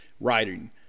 writing